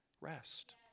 rest